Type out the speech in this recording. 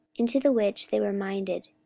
into the which they were minded,